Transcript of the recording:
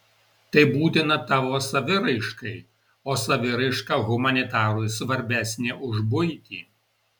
tai būtina tavo saviraiškai o saviraiška humanitarui svarbesnė už buitį